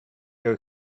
air